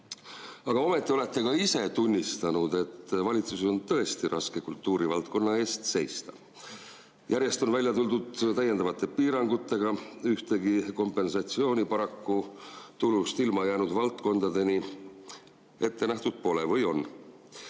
Aga ometi olete ka ise tunnistanud, et valitsuses on tõesti raske kultuurivaldkonna eest seista. Järjest on välja tuldud täiendavate piirangutega, ühtegi kompensatsiooni paraku tulust ilma jäänud valdkondadele ette nähtud pole. Või on?